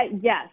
Yes